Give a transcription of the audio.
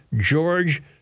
George